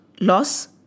loss